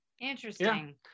Interesting